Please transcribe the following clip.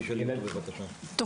מה